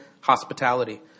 hospitality